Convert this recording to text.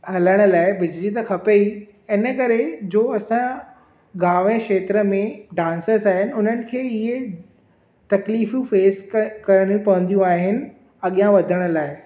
हलाइण लाइ बिजली त खपेई इन करे जो असांजो गांव ऐं खेत्र में डांसर्स आहिनि उन्हनि खे इहे तकलीफूं फ़ेस करणियूं पवंदियूं आहिनि अॻियां वधणु लाइ